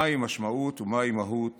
מהי משמעות ומהי מהות